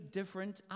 different